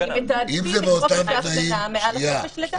אתם מתעדפים את חופש ההפגנה מעל החופש לדת.